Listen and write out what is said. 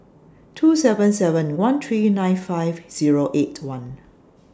two seven seven one three nine five Zero eight one